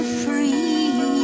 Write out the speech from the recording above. free